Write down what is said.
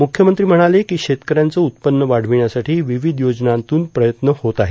मुख्यमंत्री म्हणाले की शेतकऱ्यांचं उत्पन्न वाढविण्यासाठी विविध योजनांतून प्रयत्न होत आहे